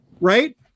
right